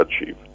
achieve